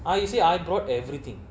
ah you see I brought everything